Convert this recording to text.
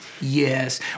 Yes